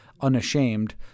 unashamed